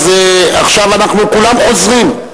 אז עכשיו כולם חוזרים.